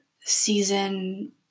season